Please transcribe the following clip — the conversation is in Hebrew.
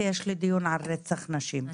כי יש לי דיון על רצח נשים,